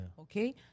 Okay